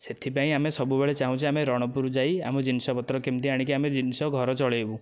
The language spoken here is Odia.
ସେଥିପାଇଁ ଆମେ ସବୁବେଳେ ଚାହୁଁଛେ ଆମେ ରଣପୁର ଯାଇ ଆମ ଜିନିଷପତ୍ର କେମିତି ଆଣିକି ଆମେ ଜିନିଷ ଘର ଚଳେଇବୁ